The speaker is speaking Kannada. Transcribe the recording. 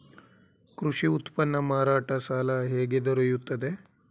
ಕೃಷಿ ಉತ್ಪನ್ನ ಮಾರಾಟ ಸಾಲ ಹೇಗೆ ದೊರೆಯುತ್ತದೆ?